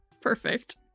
Perfect